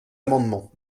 amendement